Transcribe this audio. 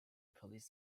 police